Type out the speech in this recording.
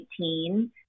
2018